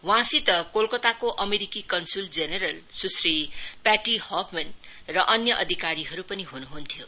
वहाँसित कोलकताको अमेरिकी कञ्नसु जेनरल सुश्री पेट्टी होफमैन र अन्य अधिकारीहरु पनि हुनुहुन्थ्यो